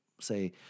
say